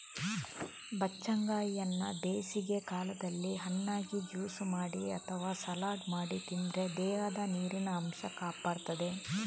ಬಚ್ಚಂಗಾಯಿಯನ್ನ ಬೇಸಿಗೆ ಕಾಲದಲ್ಲಿ ಹಣ್ಣಾಗಿ, ಜ್ಯೂಸು ಮಾಡಿ ಅಥವಾ ಸಲಾಡ್ ಮಾಡಿ ತಿಂದ್ರೆ ದೇಹದ ನೀರಿನ ಅಂಶ ಕಾಪಾಡ್ತದೆ